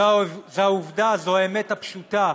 זו העובדה, זו האמת הפשוטה,